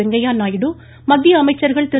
வெங்கையா நாயுடு மத்திய அமைச்சர்கள் திரு